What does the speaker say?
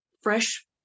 fresh